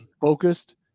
focused